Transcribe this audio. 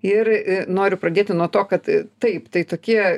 ir i noriu pradėti nuo to kad taip tai tokie